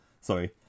sorry